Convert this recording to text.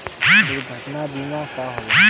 दुर्घटना बीमा का होला?